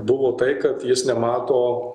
buvo tai kad jis nemato